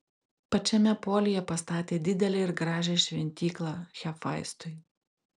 pačiame polyje pastatė didelę ir gražią šventyklą hefaistui